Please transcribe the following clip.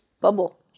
Bubble